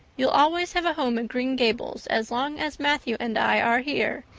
you'll always have a home at green gables as long as matthew and i are here,